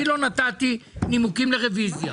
אני לא נתתי נימוקים לרביזיה.